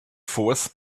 fourth